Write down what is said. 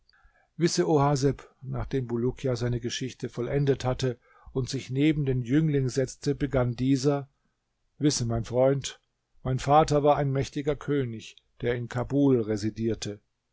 haseb nachdem bulukia seine geschichte vollendet hatte und sich neben den jüngling setzte begann dieser wisse mein freund mein vater war ein mächtiger könig der in kabul residierte